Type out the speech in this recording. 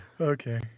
Okay